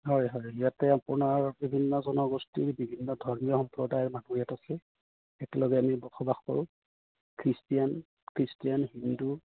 হয় হয় ইয়াতে আপোনাৰ বিভিন্ন জনগোষ্ঠীৰ বিভিন্ন ধৰ্মীয় সম্প্ৰদায়ৰ মানুহ ইয়াত আছে একেলগে আমি বসবাস কৰোঁ খ্ৰীষ্টিয়ান খ্ৰীষ্টিয়ান হিন্দু